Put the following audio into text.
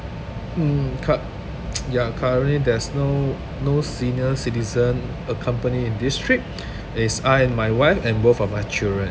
mm curr~ ya currently there's no no senior citizen accompany in this trip it's I and my wife and both of our children